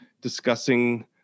discussing